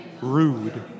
rude